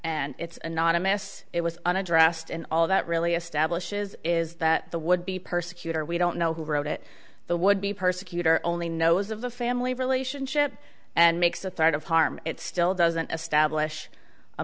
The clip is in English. and it's anonymous it was unaddressed and all that really establishes is that the would be persecutor we don't know who wrote it the would be persecutor only knows of the family relationship and makes a threat of harm it still doesn't establish a